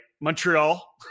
Montreal